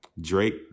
Drake